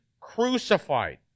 crucified